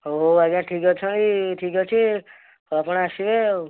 ହଉ ହଉ ଆଜ୍ଞା ଠିକ୍ ଅଛ ଠିକ୍ଅଛି ହଉ ଆପଣ ଆସିବେ ଆଉ